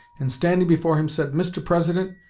and standing before him said mr. president,